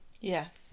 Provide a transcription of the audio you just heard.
Yes